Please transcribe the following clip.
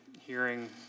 hearing